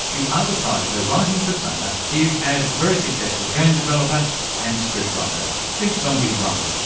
the other side of her writing persona is as a very successful game developer and script-writer, think zombies, run.